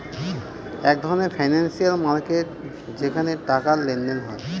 এক ধরনের financial market যেখানে টাকার লেনদেন হয়